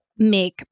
Make